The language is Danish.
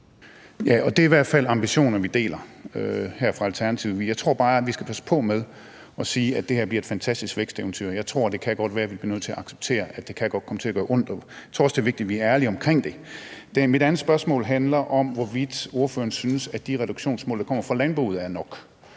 og det er i hvert fald ambitioner, vi deler her fra Alternativets side. Men jeg tror bare, at vi skal passe på med at sige, at det her bliver et fantastisk væksteventyr. Det kan godt være, vi bliver nødt til at acceptere, at det godt kan komme til at gøre ondt, og jeg tror også, det er vigtigt, at vi er ærlige omkring det. Mit andet spørgsmål handler om, hvorvidt ordføreren synes, at de reduktionsmål, der kommer fra landbruget, fra